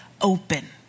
open